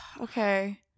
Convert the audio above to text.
Okay